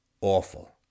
awful